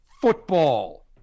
football